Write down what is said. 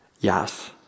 Yes